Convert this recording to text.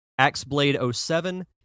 AxeBlade07